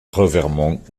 revermont